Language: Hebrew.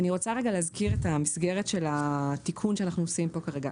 אני רוצה רגע להזכיר את המסגרת של התיקון שאנחנו עושים פה כרגע.